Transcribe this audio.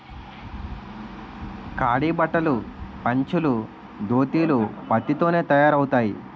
ఖాదీ బట్టలు పంచలు దోతీలు పత్తి తోనే తయారవుతాయి